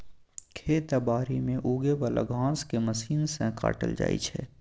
खेत आ बारी मे उगे बला घांस केँ मशीन सँ काटल जाइ छै